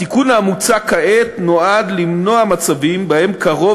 התיקון המוצע כעת נועד למנוע מצבים שבהם קרוב